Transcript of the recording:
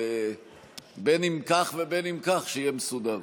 אבל בין אם כך ובין אם כך, שיהיה מסודר.